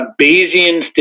Bayesian